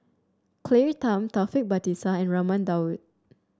Claire Tham Taufik Batisah and Raman Daud